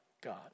God